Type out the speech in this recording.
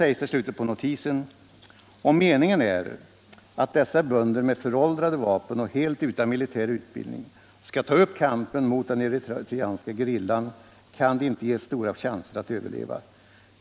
I slutet av notisen sägs det: ”Om meningen är att dessa bönder med föråldrade vapen och helt utan militär utbildning skall ta upp kampen mot den eritreanska gerillan kan de inte ges stora chanser att överleva.